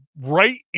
right